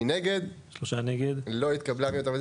אז בואו נסכם שמעכשיו אני נגד עד הסוף אלא אם כן תודיעו לנו אחרת.